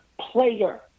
player